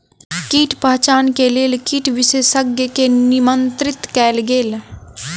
कीट पहचान के लेल कीट विशेषज्ञ के निमंत्रित कयल गेल